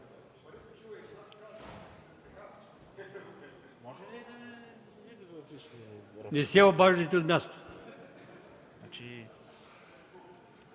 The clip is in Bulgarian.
Не се обаждайте от място.